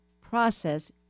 process